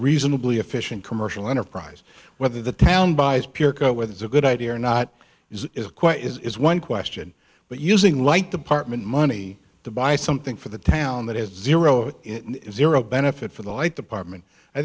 reasonably efficient commercial enterprise whether the town buys pier whether it's a good idea or not is quite is one question but using light department money to buy something for the town that has zero zero benefit for the light department i